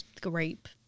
grape